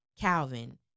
Calvin